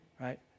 right